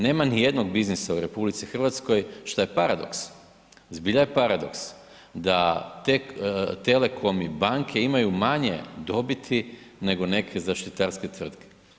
Nema ni jednog biznisa u RH, što je paradoks, zbilja je paradoks da telekomi, banke imaju manje dobiti nego neke zaštitarske tvrtke.